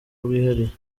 bwihariye